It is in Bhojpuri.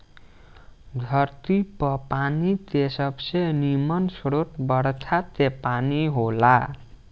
धरती पर पानी के सबसे निमन स्रोत बरखा के पानी होला